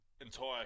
entire